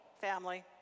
family